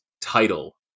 title